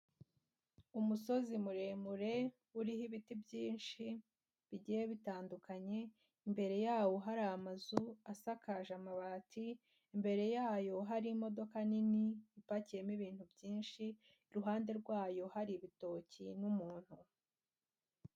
Umusozi muremure, uriho ibiti byinshi bigiye bitandukanye, imbere yawo hari amazu asakaje amabati, imbere yayo hari imodoka nini ipakiyemo ibintu byinshi, iruhande rwayo hari ibitoki n'umuntu.